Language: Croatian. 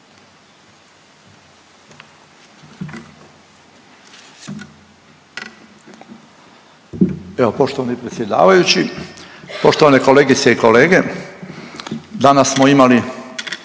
Evo poštovani predsjedavajući, poštovane kolegice i kolege. Danas smo imali